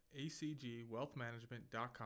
acgwealthmanagement.com